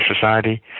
Society